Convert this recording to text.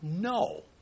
No